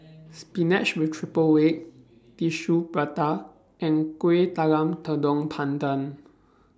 Spinach with Triple Egg Tissue Prata and Kueh Talam Tepong Pandan